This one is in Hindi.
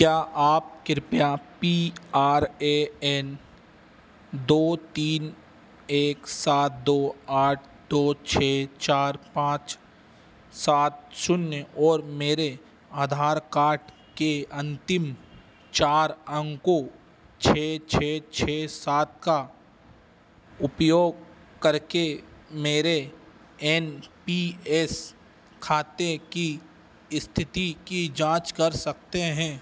क्या आप कृपया पी आर ए एन दो तीन एक सात दो आठ दो छः चार पाँच सात शून्य और मेरे आधार काड के अंतिम चार अंकों छः छः छः सात का उपयोग करके मेरे एन पी एस खाते की स्थिति की जाँच कर सकते हैं